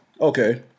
Okay